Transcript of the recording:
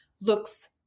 looks